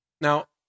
Now